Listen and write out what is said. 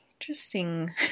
Interesting